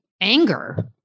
anger